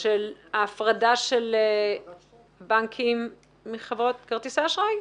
של הפרדה של בנקים מחברות כרטיסי האשראי.